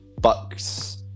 Bucks